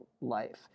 life